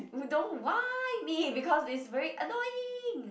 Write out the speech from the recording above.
you don't why me because this is very annoying